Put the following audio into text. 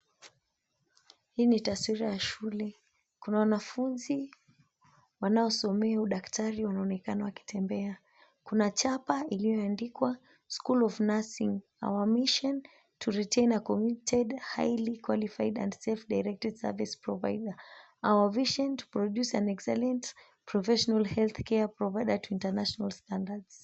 Hii ni taswira ya shule, kuna wanafunzi wanaosomea udaktari wanaonekana wakitembea. Kuna chapa iliyoandikwa "SCHOOL OF NURSING, OUR MISSION, TO TRAIN A COMMITTED HIGHLY QUALIFIED AND SELF-DIRECTED SERVICE PROVIDER, OUR VISION, TO PRODUCE AN EXCELLENT PROFESSIONAL HEALTH CARE PROVIDER OF INTERNATIONAL STANDARDS".